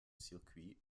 circuit